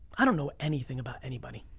i don't know anything about anybody.